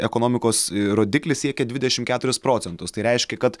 ekonomikos rodiklis siekia dvidešimt keturis procentus tai reiškia kad